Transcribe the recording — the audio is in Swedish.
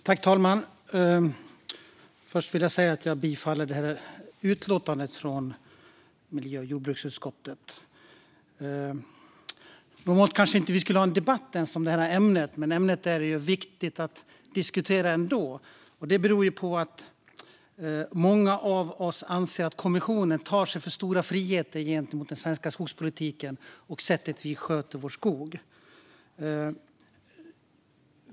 Fru talman! Jag yrkar bifall till miljö och jordbruksutskottets förslag i utlåtandet. Normalt skulle vi kanske inte ens ha en debatt om det här ämnet. Men det är ändå ett viktigt ämne att diskutera. Det beror på att många av oss anser att kommissionen tar sig för stora friheter gentemot den svenska skogspolitiken och sättet på vilket vi sköter vår skog.